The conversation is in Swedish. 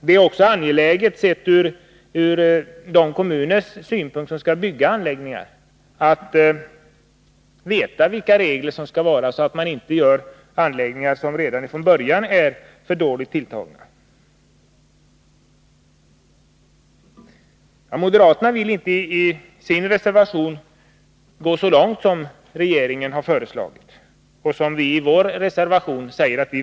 Det är också angeläget sett ur de kommuners synpunkter som skall bygga anläggningar att veta vilka regler som skall gälla, så att de inte bygger anläggningar som redan från början är alltför dåligt tilltagna. Moderaterna vill i sin reservation inte gå så långt som regeringen har föreslagit och som vi har gett uttryck åt i vår reservation.